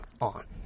on